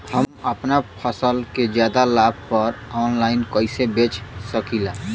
हम अपना फसल के ज्यादा लाभ पर ऑनलाइन कइसे बेच सकीला?